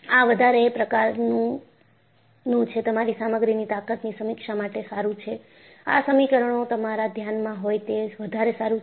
આ વધારે પ્રકારનું છે તમારી સામગ્રીની તાકતની સમીક્ષા માટે સારું છે આ સમીકરણો તમારા ધ્યાનમાં હોય તે વધારે સારું છે